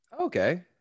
Okay